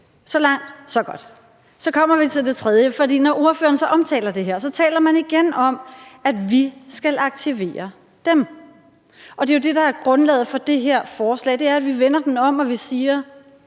Så langt, så godt. Så kommer vi til det tredje. Når ordføreren så omtaler det her, taler man igen om, at vi skal aktivere dem. Og det, der er grundlaget for det her forslag, er jo, at vi vender det om og siger: